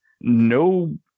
no